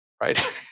right